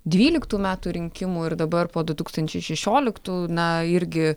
dvyliktų metų rinkimų ir dabar po du tūkstančiai šešioliktų na irgi